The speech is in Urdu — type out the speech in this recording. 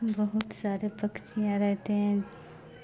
بہت سارے پکچیاں رہتے ہیں